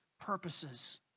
purposes